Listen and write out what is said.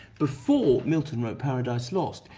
before milton wrote paradise lost.